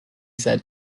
said